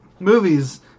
Movies